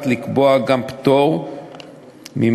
לכן,